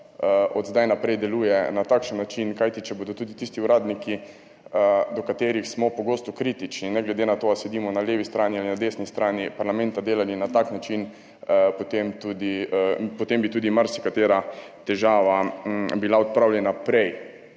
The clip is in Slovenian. od zdaj naprej deluje na takšen način, kajti če bodo tudi tisti uradniki, do katerih smo pogosto kritični, ne glede na to, ali sedimo na levi strani ali na desni strani parlamenta, delali na tak način, potem bi tudi marsikatera težava bila odpravljena prej,